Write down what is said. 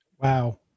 Wow